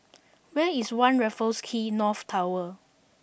where is One Raffles Quay North Tower